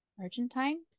Argentine